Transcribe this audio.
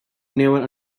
never